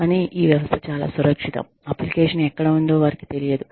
కానీ ఈ వ్యవస్థ చాలా సురక్షితం అప్లికేషన్ ఎక్కడ ఉందో వారికి తెలియదు